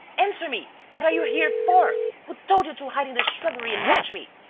answer me. what are you here for. who told you to hide in the shrubbery and watch me?